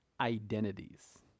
identities